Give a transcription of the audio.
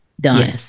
done